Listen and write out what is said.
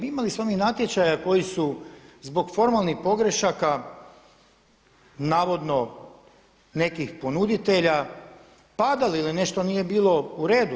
Imali smo mi natječaja koji su zbog formalnih pogrešaka navodno nekih ponuditelja padali ili nešto nije bilo u redu.